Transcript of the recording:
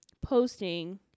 posting